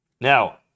Now